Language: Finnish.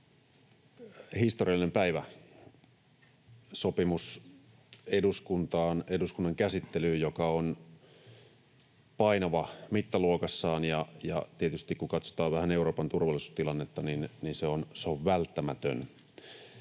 Historiallinen päivä: eduskuntaan, eduskunnan käsittelyyn sopimus, joka on painava mittaluokassaan, ja tietysti, kun katsotaan vähän Euroopan turvallisuustilannetta, se on välttämätön.